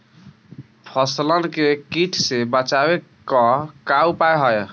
फसलन के कीट से बचावे क का उपाय है?